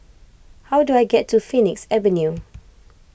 how do I get to Phoenix Avenue